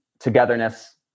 togetherness